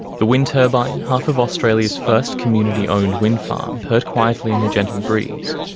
the wind turbine, half of australia's first community owned wind farm, purred quietly in the gentle breeze.